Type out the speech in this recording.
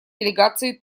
делегации